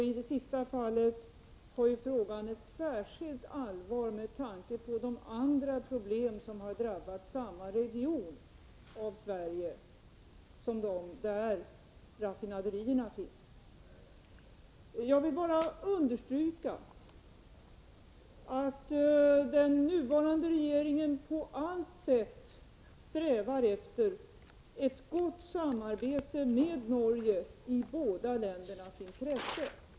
I det sista fallet har frågan ett särskilt allvar, med tanke på de andra problem som har drabbat samma region av Sverige som den där raffinaderierna finns. Jag vill poängtera att den nuvarande regeringen på allt sätt strävar efter ett gott samarbete med Norge i båda ländernas intresse.